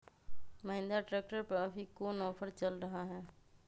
Mahindra tractor पर अभी कोन ऑफर चल रहा है?